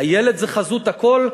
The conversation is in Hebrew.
הילד זה חזות הכול?